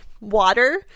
water